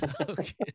Okay